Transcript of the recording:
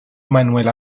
manuel